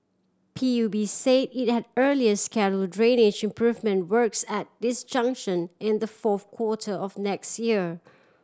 P U B say it had earlier schedule drainage improvement works at this junction in the fourth quarter of next year